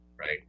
Right